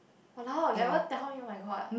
!walao! never tell me oh-my-god